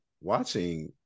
watching